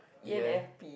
E N F P